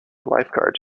lifeguards